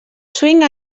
swing